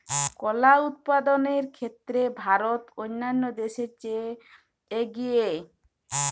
কলা উৎপাদনের ক্ষেত্রে ভারত অন্যান্য দেশের চেয়ে এগিয়ে